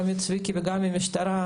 גם מצביקי טסלר וגם מן המשטרה,